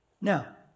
now